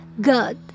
God